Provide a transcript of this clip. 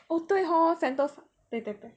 oh 对 hor Sentosa 对对对